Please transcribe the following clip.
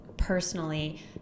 personally